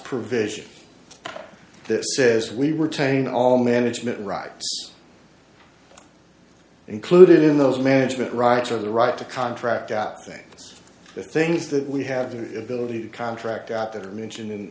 provision that says we were tain all management rights included in those management rights or the right to contract out things the things that we have the ability to contract out that are mention